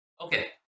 Okay